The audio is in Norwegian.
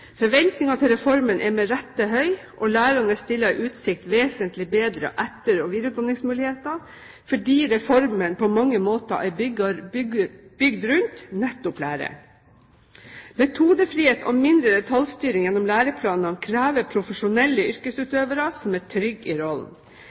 til reformen er med rette høy, og lærerne er stilt i utsikt vesentlig bedre etter- og videreutdanningsmuligheter, fordi reformen på mange måter er bygd rundt nettopp læreren. Metodefrihet og mindre detaljstyring gjennom læreplanene krever profesjonelle